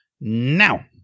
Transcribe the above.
now